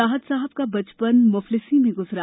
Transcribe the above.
राहत साहब का बचपन मुफलिसी में गुजरा